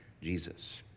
Jesus